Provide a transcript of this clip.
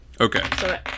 okay